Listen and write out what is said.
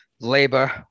labor